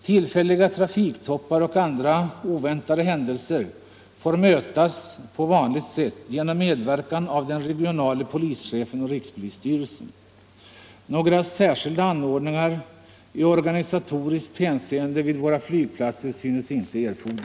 Tillfälliga trafiktoppar och andra ovän 10 december 1974 tade händelser får mötas på vanligt sätt genom medverkan avden rer LL gionale polischefen och rikspolisstyrelsen. Några särskilda anordningar = Polisverksamheten i organisatoriskt hänseende vid våra flygplatser synes inte erforderliga.